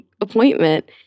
appointment